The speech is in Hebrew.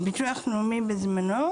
בזמנו,